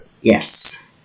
Yes